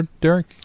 Derek